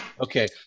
Okay